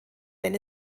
wenn